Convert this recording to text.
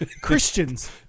christians